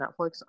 Netflix